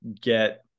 get